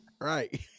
right